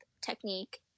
technique